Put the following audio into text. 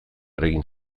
eragin